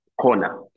corner